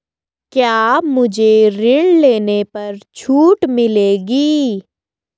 क्या मुझे ऋण लेने पर छूट मिलेगी?